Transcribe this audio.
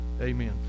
amen